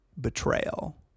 Betrayal